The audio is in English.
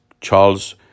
Charles